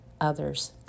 others